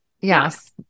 Yes